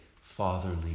fatherly